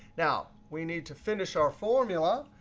now, we need to finish our formula.